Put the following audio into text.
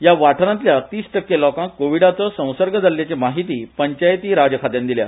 या वाठारांतल्या तीस टक्के लोकांक कोविडाचो संसर्ग जाल्ल्याचे म्हायती पंचायती राज खात्यान दिल्या